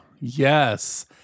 yes